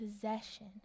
possession